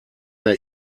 der